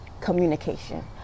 communication